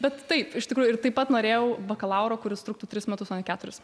bet taip iš tikrųjų ir taip pat norėjau bakalauro kuris truktų tris metus o ne keturis